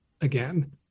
again